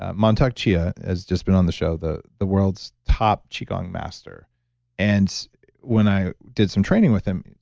ah mantak chia has just been on the show, the the world's top qigong master and when i did some training with him,